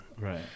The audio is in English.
Right